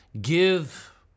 give